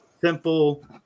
simple